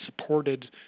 supported